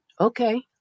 Okay